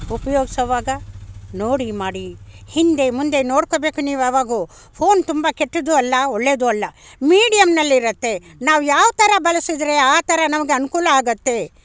ಉಪ್ಯೋಗಿಸುವಾಗ ನೋಡಿ ಮಾಡಿ ಹಿಂದೆ ಮುಂದೆ ನೋಡ್ಕೊಳ್ಬೇಕು ನೀವು ಯಾವಾಗು ಫೋನ್ ತುಂಬ ಕೆಟ್ಟದ್ದು ಅಲ್ಲ ಒಳ್ಳೇದೂ ಅಲ್ಲ ಮೀಡಿಯಮ್ನಲ್ಲಿರುತ್ತೆ ನಾವು ಯಾವ್ಥರ ಬಳಸಿದ್ರೆ ಆ ಥರ ನಮಗೆ ಅನುಕೂಲ ಆಗುತ್ತೆ